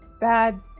bad